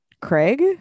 Craig